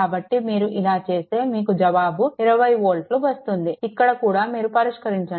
కాబట్టి మీరు ఇలా చేస్తే మీకు జవాబు 20 వోల్ట్లు వస్తుంది ఇక్కడ కూడా మీరు పరిష్కరించండి